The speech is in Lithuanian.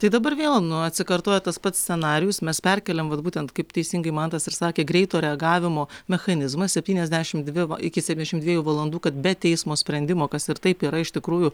tai dabar vėl nu atsikartoja tas pats scenarijus mes perkeliam vat būtent kaip teisingai mantas ir sakė greito reagavimo mechanizmą septyniasdešim dvi va iki septyniasdešim dviejų valandų kad be teismo sprendimo kas ir taip yra iš tikrųjų